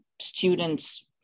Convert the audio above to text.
students